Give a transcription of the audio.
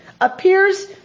Appears